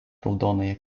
raudonąją